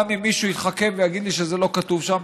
גם אם מישהו יתחכם ויגיד לי שזה לא כתוב שם.